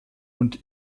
und